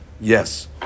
yes